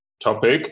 topic